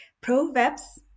Proverbs